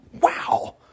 Wow